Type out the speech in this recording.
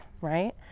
right